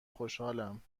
خوشحالم